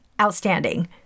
outstanding